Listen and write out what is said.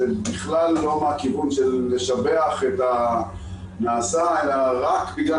זה בכלל לא מהכיוון של לשבח את הנעשה אלא רק בגלל